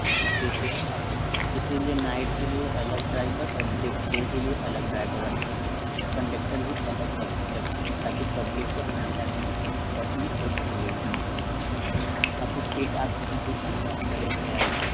चलिए ठीक है अब इसीलिए नाईट के लिए अलग ड्राईवर और डे डे के लिए अलग ड्राईवर रखते हैं कंडक्टर भी अलग रख रखते हैं ताकि पब्लिक को आने जाने में बस में कोई तकलीफ ना हो आपकी सीट आप या खड़े खड़े आए थे